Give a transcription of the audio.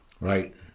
Right